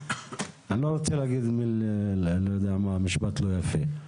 אני לא רוצה להגיד משפט לא יפה.